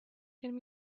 can